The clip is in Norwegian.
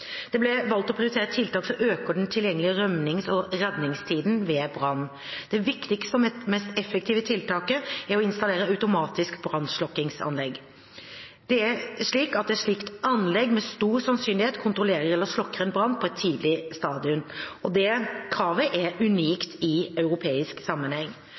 Det ble valgt å prioritere tiltak som øker den tilgjengelige rømnings- og redningstiden ved brann. Det viktigste og mest effektive tiltaket er å installere et automatisk brannslokkingsanlegg. Et slikt anlegg vil med stor sannsynlighet kontrollere eller slokke en brann på et tidlig stadium. Dette kravet er unikt i europeisk sammenheng.